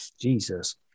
Jesus